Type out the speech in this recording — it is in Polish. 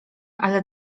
ale